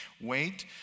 Wait